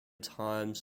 times